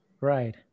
Right